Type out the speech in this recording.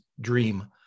dream